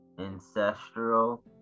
ancestral